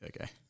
Okay